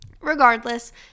regardless